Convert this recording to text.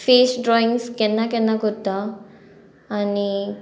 face drawings केन्ना केन्ना कोत्ता आनी